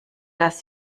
dass